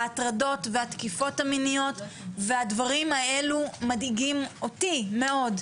ההטרדות והתקיפות המיניות והדברים האלה מדאיגים אותי מאוד.